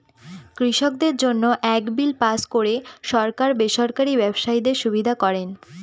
কৃষকদের জন্য এক বিল পাস করে সরকার বেসরকারি ব্যবসায়ীদের সুবিধা করেন